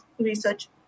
research